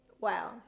Wow